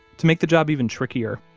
to make the job even trickier,